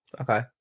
Okay